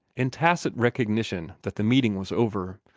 in tacit recognition that the meeting was over.